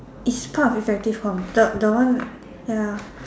is part of effective com the the one ya